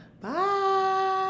bye